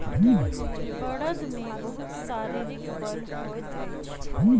बड़द मे बहुत शारीरिक बल होइत अछि